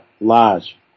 Lodge